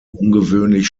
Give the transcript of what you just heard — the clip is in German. ungewöhnlich